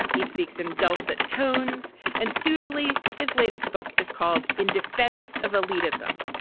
he speaks in dulcet tones and suitably. his latest book is called in defense of elitism.